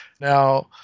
Now